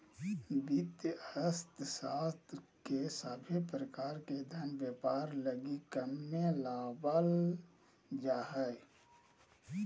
वित्तीय अर्थशास्त्र के सभे प्रकार से धन व्यापार लगी काम मे लावल जा हय